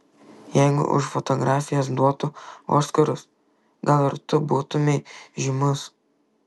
jeigu už fotografijas duotų oskarus gal ir tu būtumei žymus